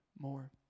more